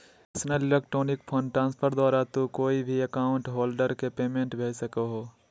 national electronic fund transfer द्वारा तू कोय भी अकाउंट होल्डर के पेमेंट भेज सको हो